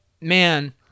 man